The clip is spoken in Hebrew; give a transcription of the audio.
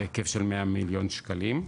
בהיקף של 100 מיליון שקלים,